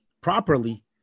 properly